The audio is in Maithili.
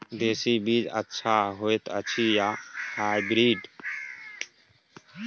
देसी बीज अच्छा होयत अछि या हाइब्रिड?